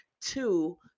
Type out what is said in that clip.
two